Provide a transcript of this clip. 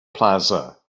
plaza